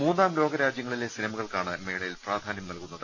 മൂന്നാം ലോക രാജ്യങ്ങളിലെ സിനിമകൾക്കാണ് മേളയിൽ പ്രാധാന്യം നൽകുന്നത്